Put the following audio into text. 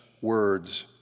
words